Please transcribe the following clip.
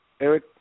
Eric